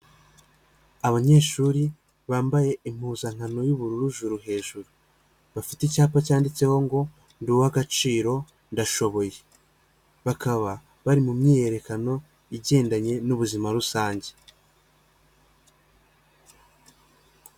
Abanyeshuri bambaye impuzankano y'ubururu ijuru hejuru, bafite icyapa cyanditseho ngo ''Ndi uw'agaciro ndashoboye''. Bakaba bari mu myiyerekano igendanye n'ubuzima rusange.